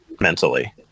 mentally